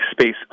space